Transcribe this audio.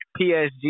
PSG